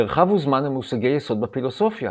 מרחב וזמן הם מושגי יסוד בפילוסופיה,